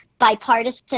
bipartisan